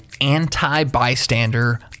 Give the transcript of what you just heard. anti-bystander